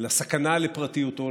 לסכנה לפרטיותו,